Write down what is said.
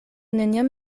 neniam